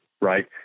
right